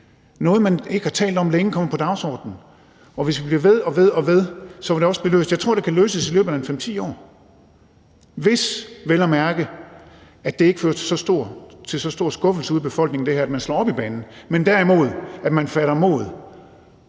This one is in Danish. Noget, man ikke har talt om længe, kommer på dagsordenen, og hvis vi bliver ved og ved, vil det også blive løst. Jeg tror, at det kan løses i løbet af 5-10 år, hvis det vel at mærke ikke fører til så stor skuffelse ude i befolkningen, at man slår op i banen, men derimod, at man fatter mod